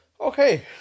okay